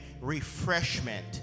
refreshment